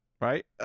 right